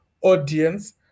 audience